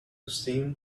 seem